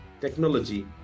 technology